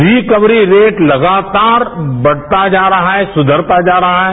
recovery rate लगातार बढ़ता जा रहा है सुधरता जा रहा है